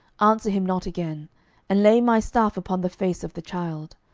answer him not again and lay my staff upon the face of the child.